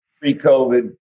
pre-COVID